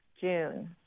June